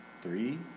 Three